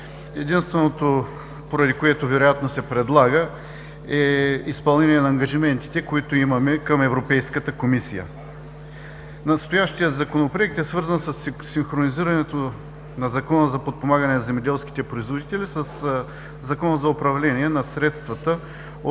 Единственото, поради което вероятно се предлага, е изпълнение на ангажиментите, които имаме към Европейската комисия. Настоящият Законопроект е свързан със синхронизирането на Закона за подпомагане на земеделските производители със Закона за управление на средствата от